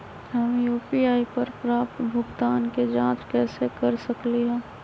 हम यू.पी.आई पर प्राप्त भुगतान के जाँच कैसे कर सकली ह?